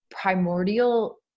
primordial